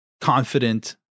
confident